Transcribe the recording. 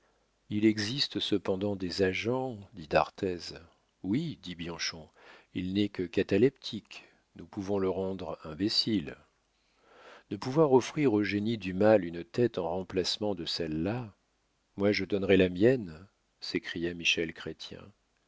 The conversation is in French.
il existe cependant des agents dit d'arthez oui dit bianchon il n'est que cataleptique nous pouvons le rendre imbécile ne pouvoir offrir au génie du mal une tête en remplacement de celle-là moi je donnerais la mienne s'écria